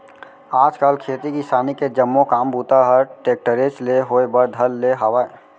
आज काल खेती किसानी के जम्मो काम बूता हर टेक्टरेच ले होए बर धर ले हावय